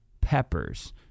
peppers